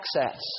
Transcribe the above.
access